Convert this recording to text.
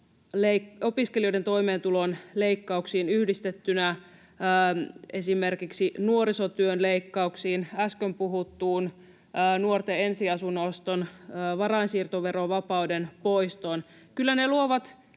opiskelijoiden toimeentulon leikkauksiin ja yhdistettynä esimerkiksi nuorisotyön leikkauksiin ja äsken puhuttuun nuorten ensiasunnon oston varainsiirtoverovapauden poistoon